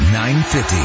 950